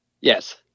yes